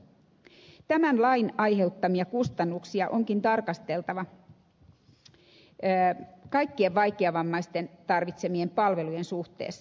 tämän lain aiheuttamia kustannuksia onkin tarkasteltava kaikkien vaikeavammaisten tarvitsemien palvelujen suhteessa